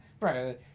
Right